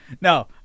no